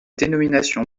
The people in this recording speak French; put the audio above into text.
dénominations